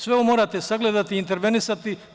Sve ovo morate sagledati i intervenisati.